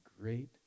great